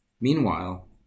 Meanwhile